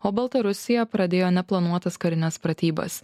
o baltarusija pradėjo neplanuotas karines pratybas